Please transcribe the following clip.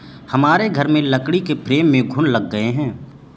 हमारे घर में लकड़ी के फ्रेम में घुन लग गए हैं